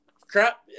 crap